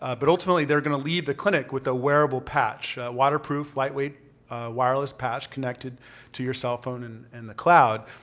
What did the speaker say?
ah but ultimately they're gonna leave the clinic with a wearable patch? waterproof lightweight wireless patch connected to your cell phone and and the cloud.